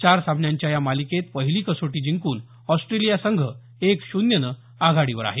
चार कसोटींच्या या मालिकेत पहिली कसोटी जिंकून ऑस्ट्रेलिया संघ एक शून्यनं आघाडीवर आहे